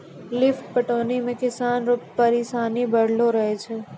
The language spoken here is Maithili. लिफ्ट पटौनी मे किसान रो परिसानी बड़लो रहै छै